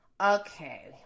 Okay